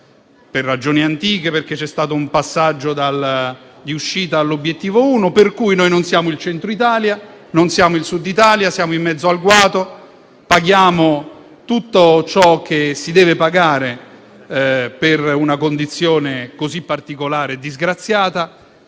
per ragioni antiche, perché c'è stato un passaggio di uscita dall'Obiettivo 1. Noi, quindi, non siamo Centro Italia, né Sud Italia, ma siamo in mezzo al guado e paghiamo tutto ciò che si deve pagare per una condizione così particolare e disgraziata.